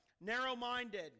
Narrow-minded